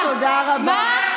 הכנסת, השרים, לא, מה פתאום?